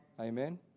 Amen